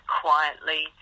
quietly